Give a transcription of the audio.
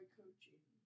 coaching